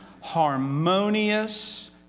harmonious